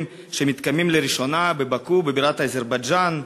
שמתקיימים לראשונה בבאקו בירת אזרבייג'ן.